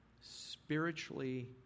spiritually